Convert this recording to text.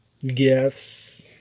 Yes